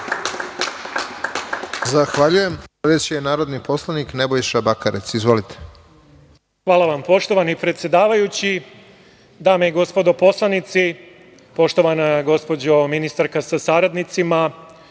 Zahvaljujem. Sledeći je narodni poslanik Nebojša Bakarec. Izvolite. **Nebojša Bakarec** Poštovani predsedavajući, dame i gospodo poslanici, poštovana gospođo ministarka sa saradnicima,